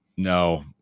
No